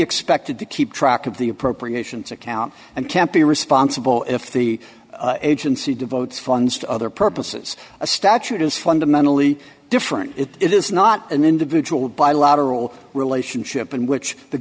expected to keep track of the appropriations account and can't be responsible if the agency devotes funds to other purposes a statute is fundamentally different it is not an individual bilateral relationship in which the